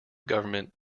government